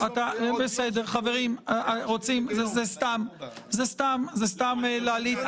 בסדר, חברים, זה סתם להלעיט.